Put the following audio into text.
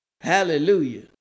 Hallelujah